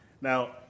Now